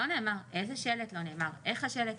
לא נאמר איזה שלט, לא נאמר איך השלט.